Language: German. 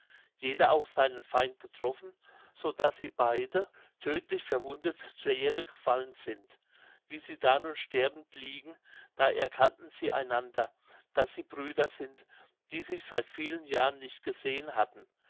jeder auch seinen feind getroffen so daß sie beide tödtlich verwundet zur erde gefallen sind wie sie da nun sterbend liegen da erkannten sie einander daß sie brüder sind die sich seit vielen jahren nicht gesehen hatten